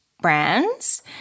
brands